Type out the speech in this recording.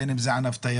בין אם זה ענף התיירות,